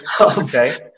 okay